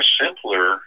simpler